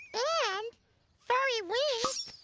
and fairy wings.